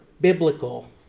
biblical